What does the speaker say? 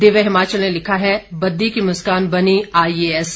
दिव्य हिमाचल ने लिखा है बददी की मुस्कान बनी आई ए एस